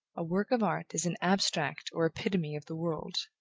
a work of art is an abstract or epitome of the world.